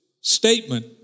statement